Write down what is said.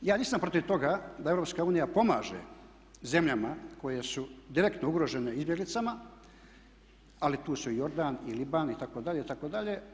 Ja nisam protiv toga da EU pomaže zemljama koje su direktno ugrožene izbjeglicama, ali tu su i Jordan i … itd. itd.